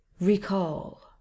recall